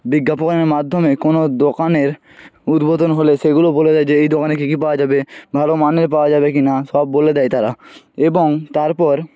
বিজ্ঞাপনের মাধ্যমে কোনো দোকানের উদ্বোধন হলে সেগুলো বলে দেয় যে এই দোকানে কী কী পাওয়া যাবে ভালো মানের পাওয়া যাবে কি না সব বলে দেয় তারা এবং তারপর